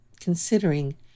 considering